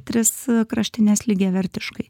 tris kraštines lygiavertiškai